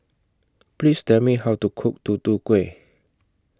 Please Tell Me How to Cook Tutu Kueh